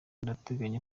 ndateganya